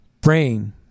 brain